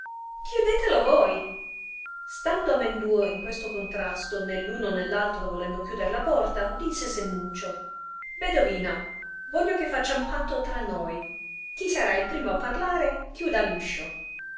chiudetelo voi stando amenduo in questo contrasto né uno né l altro volendo chiuder la porta disse sennuccio bedovina voglio che faciam patto tra noi chi sarà il primo a parlare chiuda